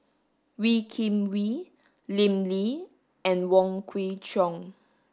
Wee Kim Wee Lim Lee and Wong Kwei Cheong